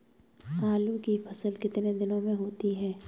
आलू की फसल कितने दिनों में होती है?